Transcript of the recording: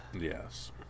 Yes